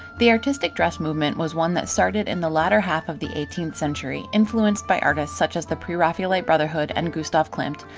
the artistic dress movement was one that started in the latter half of the eighteenth century, influenced by artists such as the preraphelite brotherhood and gustav klimt,